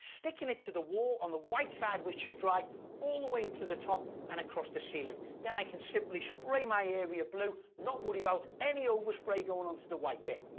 sticking it to the wall on the white side which is dry all the way up to the top and across the ceiling. then i can simply spray my area blue, not worry about any overspray going onto the white bit.